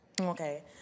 Okay